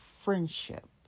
friendship